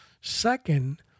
Second